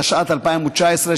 התשע"ט 2019,